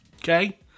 Okay